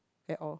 at all